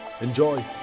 Enjoy